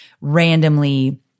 randomly